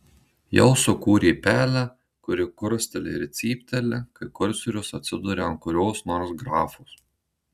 jau sukūrė pelę kuri krusteli ir cypteli kai kursorius atsiduria ant kurios nors grafos